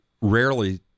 rarely